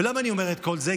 ולמה אני אומר את כל זה?